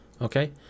Okay